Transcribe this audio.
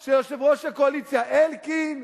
של יושב-ראש הקואליציה אלקין,